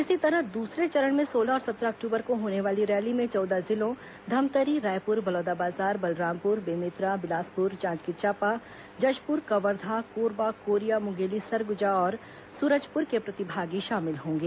इसी तरह दूसरे चरण में सोलह और सत्रह अक्टूबर को होने वाली रैली में चौदह जिलों धमतरी रायपुर बलौदाबाजार बलरामपुर बेमेतरा बिलासपुर जांजगीर चांपा जशपुर कवर्धा कोरबा कोरिया मुंगेली सरगुजा और सूरजपुर के प्रतिभागी शामिल होंगे